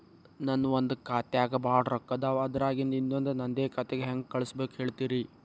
ನನ್ ಒಂದ್ ಖಾತ್ಯಾಗ್ ಭಾಳ್ ರೊಕ್ಕ ಅದಾವ, ಅದ್ರಾಗಿಂದ ಇನ್ನೊಂದ್ ನಂದೇ ಖಾತೆಗೆ ಹೆಂಗ್ ಕಳ್ಸ್ ಬೇಕು ಹೇಳ್ತೇರಿ?